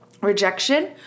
rejection